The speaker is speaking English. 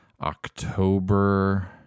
October